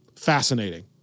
Fascinating